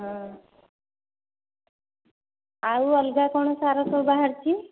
ହଁ ଆଉ ଅଲଗା କଣ ସାର ସବୁ ବାହାରିଛି